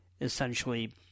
essentially